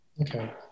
Okay